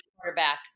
quarterback